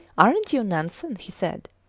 ar'n't you nansen? he said.